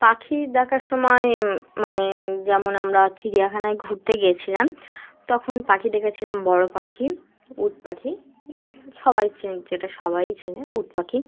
পাখি দেখার সময় মানে যেমন আমরা চিড়িয়াখানায় ঘুরতে গিয়েছিলাম তখন পাখি দেখেছিলাম বড়ো পাখি উট পাখি সবাই চেনে যেটা সবাই চেনে উট পাখি